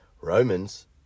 Romans